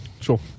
sure